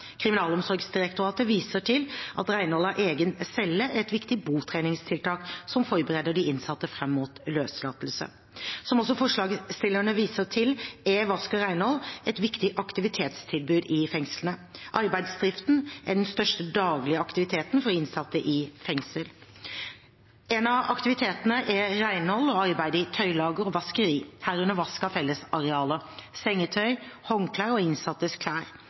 Kriminalomsorgsdirektoratet viser til at renhold av egen celle er et viktig botreningstiltak som forbereder de innsatte fram mot løslatelse. Som også forslagsstillerne viser til, er vask og renhold et viktig aktivitetstilbud i fengslene. Arbeidsdriften er den største daglige aktiviteten for innsatte i fengsel. En av aktivitetene er renhold og arbeid i tøylager og vaskeri, herunder vask av fellesarealer, sengetøy, håndklær og innsattes